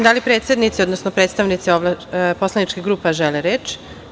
Da li predsednici, odnosno ovlašćeni predstavnici poslaničkih grupa žele reč?